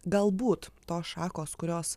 galbūt tos šakos kurios